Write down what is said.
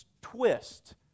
twist